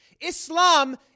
Islam